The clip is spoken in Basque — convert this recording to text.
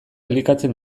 elikatzen